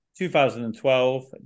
2012